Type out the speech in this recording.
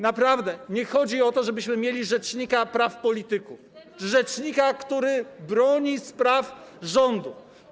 Naprawdę nie chodzi o to, żebyśmy mieli rzecznika praw polityków, rzecznika, który broni spraw rządu.